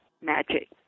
magic